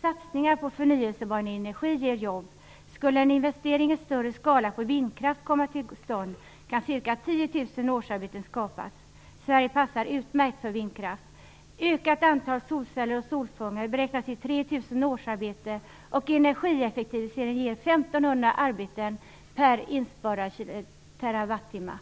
Satsningar på förnyelsebar energi ger jobb. Skulle en investering i större skala på vindkraft komma till stånd kan ca 10 000 årsarbeten skapas. Sverige passar utmärkt för vindkraft. Ökat antal solceller och solfångare beräknar ge 3 000 årsarbeten, och energieffektivisering ger 1 500 arbeten per inbesparad terrawattimme.